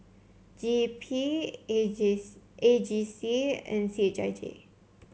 G E P A J A G C and C H I J